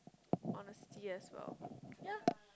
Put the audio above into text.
honesty as well ya